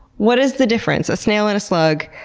what is the difference? a snail and a slug.